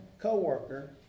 co-worker